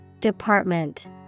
Department